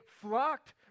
flocked